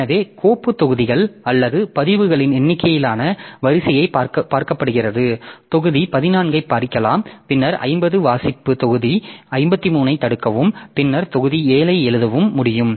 எனவே கோப்பு தொகுதிகள் அல்லது பதிவுகளின் எண்ணிக்கையிலான வரிசையாக பார்க்கப்படுகிறது தொகுதி 14 ஐப் படிக்கலாம் பின்னர் 50 வாசிப்பு தொகுதி 53 ஐத் தடுக்கவும் பின்னர் தொகுதி 7 ஐ எழுதவும் முடியும்